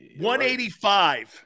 185